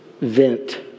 vent